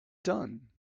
done